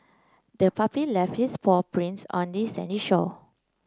the puppy left its paw prints on the sandy shore